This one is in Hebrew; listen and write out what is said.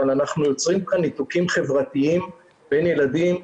אבל אנחנו יוצרים כאן ניתוקים חברתיים בין ילדים.